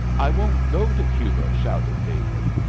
i won't go to cuba, shouted david.